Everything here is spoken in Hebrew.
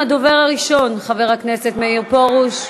הדובר הראשון, חבר הכנסת מאיר פרוש.